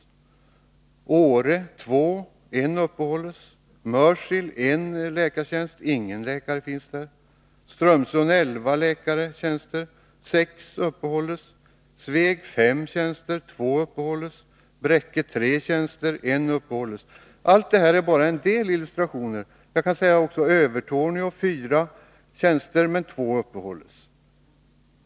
I Åre finns det två tjänster — en uppehålls. Mörsil har en läkartjänst, men där finns ingen läkare. Strömsund har elva läkartjänster, sex uppehålls. Sveg har fem tjänster, två uppehålls. Bräcke har tre tjänster, en uppehålls. Allt detta är bara en liten illustration. Jag kan också nämna att det i Övertorneå finns fyra tjänster, varav två uppehålls.